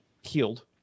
healed